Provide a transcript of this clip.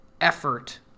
effort